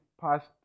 past